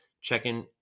check-in